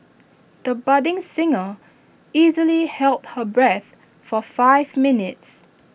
the budding singer easily held her breath for five minutes